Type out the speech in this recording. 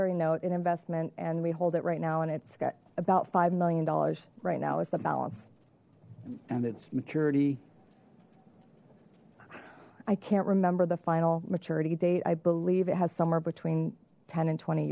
ry note an investment and we hold it right now and it's got about five million dollars right now is the balance and it's maturity i can't remember the final maturity date i believe it has somewhere between ten and twenty